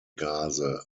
gase